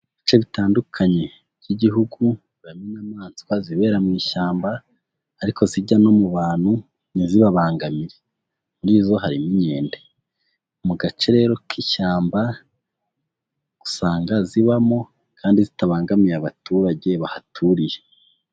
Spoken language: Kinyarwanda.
Mu bice bitandukanye by'igihugu harimo inyamaswa zibera mu ishyamba ariko zijya no mu bantu ntizibabangamire, muri zo harimo inkende, mu gace rero k'ishyamba usanga zibamo kandi zitabangamiye abaturage bahaturiye.